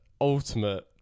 ultimate